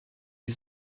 die